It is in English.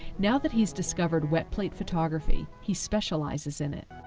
now that he's discovered wet plate photography, he specializes in it.